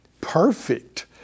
perfect